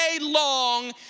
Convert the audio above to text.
long